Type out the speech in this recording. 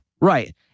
Right